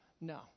no